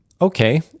okay